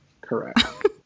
Correct